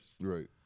Right